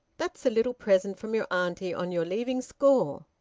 that's a little present from your auntie on your leaving school.